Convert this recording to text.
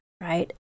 right